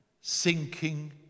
sinking